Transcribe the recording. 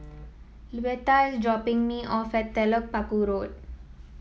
Luetta is dropping me off at Telok Paku Road